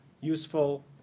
useful